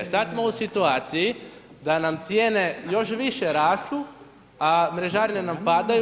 Sad smo u situaciji da nam cijene još više rastu, a mrežarine nam padaju.